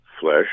flesh